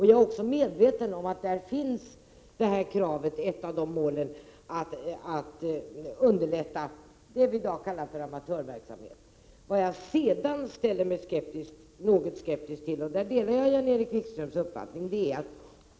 Jag är också medveten om att ett av de målen är att underlätta för det vi i dag kallar amatörverksamhet. Vad jag sedan ställde mig något skeptisk till — och här delar jag Jan-Erik Wikströms uppfattning — var fördelningen.